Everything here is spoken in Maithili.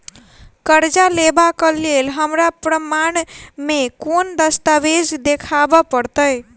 करजा लेबाक लेल हमरा प्रमाण मेँ कोन दस्तावेज देखाबऽ पड़तै?